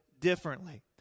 differently